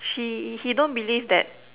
she he don't believe that